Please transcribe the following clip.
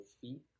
feet